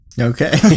Okay